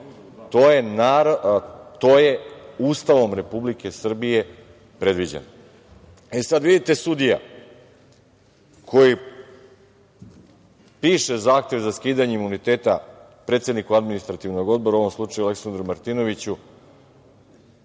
To je Ustavom Republike Srbije predviđeno.E, sad vidite, sudija, koji piše zahtev za skidanje imuniteta predsedniku Administrativnog odbora, u ovom slučaju, Aleksandru Martinoviću,